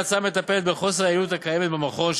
ההצעה מטפלת בחוסר היעילות הקיימת במכון,